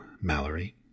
Mallory